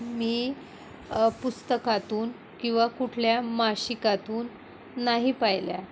मी पुस्तकातून किंवा कुठल्या मासिकातून नाही पाहिल्या